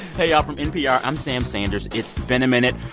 hey y'all from npr, i'm sam sanders. it's been a minute.